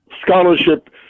scholarship